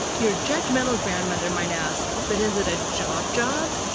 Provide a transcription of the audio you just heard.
your judgmental grandmother might ask, but is it a job-job?